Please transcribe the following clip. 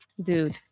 Dude